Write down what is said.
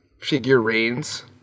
figurines